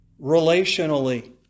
relationally